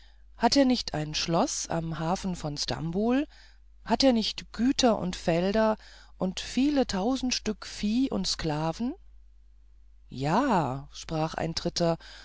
hat er nicht ein schloß am hafen von stambul hat er nicht güter und felder und viele tausend stück vieh und viele sklaven ja sprach ein dritter